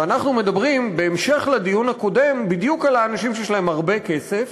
ואנחנו מדברים בהמשך לדיון הקודם בדיוק על האנשים שיש להם הרבה כסף,